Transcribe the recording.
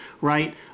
right